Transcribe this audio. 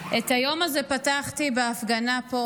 את היום הזה פתחתי בהפגנה פה